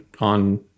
on